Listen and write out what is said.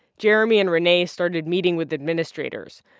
jeremy and rene started meeting with administrators.